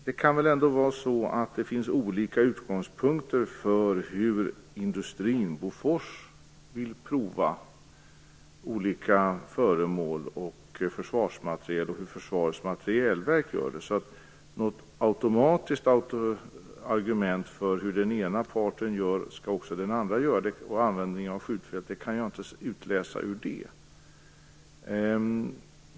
Det kan finnas olika utgångspunkter för hur industrin, Bofors, vill pröva olika föremål och försvarsmateriel och hur Försvarets materielverk gör det. Så något automatiskt argument som går ut på att så som den ena parten gör skall också den andra parten göra vid användning av skjutfält kan jag inte utläsa ur det.